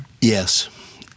Yes